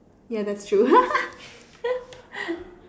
ya that's true